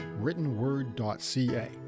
writtenword.ca